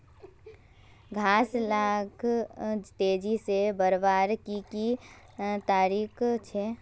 घास लाक तेजी से बढ़वार की की तरीका छे?